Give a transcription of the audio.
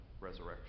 resurrection